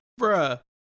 Bruh